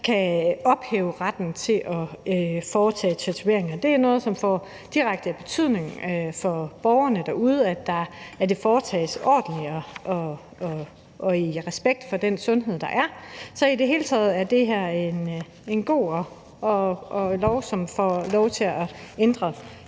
kan ophæve retten til at foretage tatoveringer. Det er noget, som får direkte betydning for borgerne derude, at det foretages ordentligt og i respekt for den sundhed, der er. Så i det hele taget er det her en god lov, som giver lov til at ændre